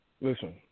listen